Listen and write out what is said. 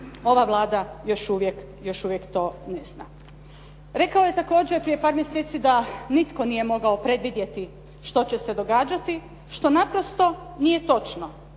ova Vlada još uvijek to ne zna. Rekao je također prije par mjeseci da nitko nije mogao predvidjeti što će se događati što naprosto nije točno.